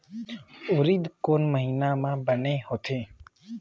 उरीद कोन महीना म बने होथे?